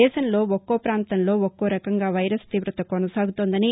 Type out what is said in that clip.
దేశంలో ఒక్కో పాంతంలో ఒక్కోరకంగా వైరస్ తీవత కొనసాగుతోందని